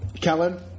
Kellen